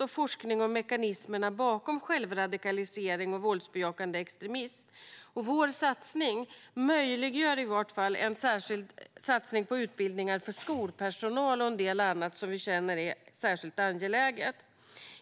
och forskning om mekanismerna bakom självradikalisering och våldsbejakande extremism. Vår satsning möjliggör i vart fall en särskild satsning på utbildningar för skolpersonal och en del annat som vi känner är särskilt angeläget.